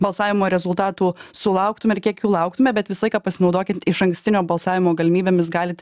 balsavimo rezultatų sulauktume ir kiek jų lauktume bet visą laiką pasinaudokit išankstinio balsavimo galimybėmis galit